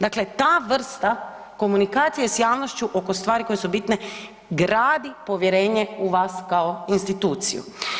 Dakle, ta vrsta komunikacije s javnošću oko stvari koje su bitne gradi povjerenje u vas kao instituciju.